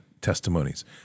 testimonies